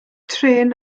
trên